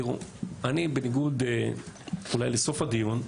בניגוד אולי לסוף הדיון,